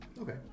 Okay